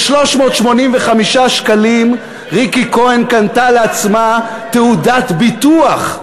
ב-385 שקלים ריקי כהן קנתה לעצמה תעודת ביטוח.